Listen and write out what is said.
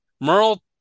Merle